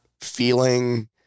feeling